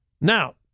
Now